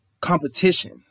competition